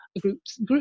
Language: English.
groups